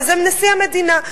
וזה נשיא המדינה,